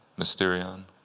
Mysterion